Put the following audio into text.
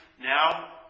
now